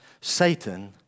Satan